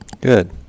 Good